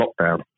lockdown